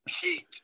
Heat